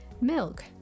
milk